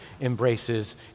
embraces